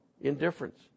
Indifference